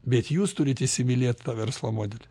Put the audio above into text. bet jūs turit įsimylėti tą verslo modelį